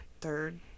third